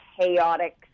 chaotic